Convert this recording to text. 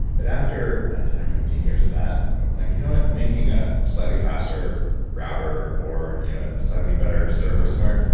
but after ten or fifteen years of that, i'm like, you know what? making a slightly faster router or you know a slightly better server somewhere,